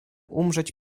umrzeć